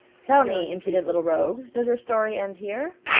tell me, impudent little rogue, does your story end here?